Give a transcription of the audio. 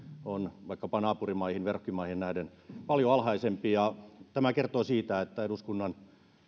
on vaikkapa naapurimaihin verrokkimaihin nähden paljon alhaisempi ja tämä kertoo siitä että eduskunnan